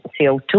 CO2